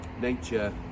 nature